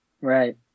Right